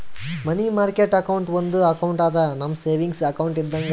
ಮನಿ market account ಒಂದು account ಅದಾ, ನಮ್ ಸೇವಿಂಗ್ಸ್ ಅಕೌಂಟ್ ಇದ್ದಂಗ